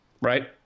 right